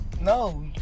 No